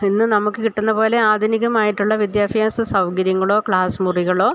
പിന്നെ നമുക്കു കിട്ടുന്നതുപോലെ ആധുനികമായിട്ടുള്ള വിദ്യാഭ്യാസ സൗകര്യങ്ങളോ ക്ലാസ് മുറികളോ